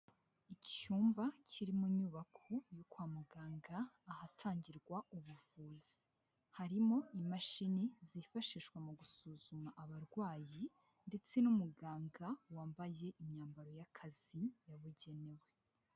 Icyumba kiri mu nyubako yo kwa muganga, ahatangirwa ubuvuzi. Harimo imashini zifashishwa mu gusuzuma abarwayi ndetse n'umuganga, wambaye imyambaro y'akazi yabugenewe.